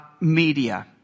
media